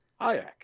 Hayek